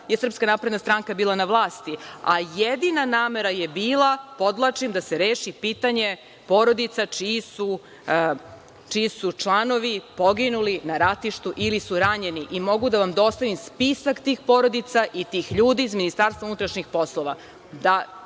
nisu godine kada je SNS bila na vlasti, a jedina namera je bila, podvlačim, da se reši pitanje porodica čiji su članovi poginuli na ratištu ili su ranjeni, i mogu da vam dostavim spisak tih porodica i tih ljudi iz Ministarstva unutrašnjih poslova. Ja